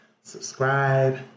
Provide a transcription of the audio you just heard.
subscribe